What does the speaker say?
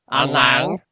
online